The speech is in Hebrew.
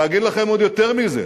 ואגיד לכם עוד יותר מזה,